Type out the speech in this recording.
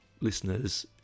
listeners